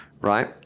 right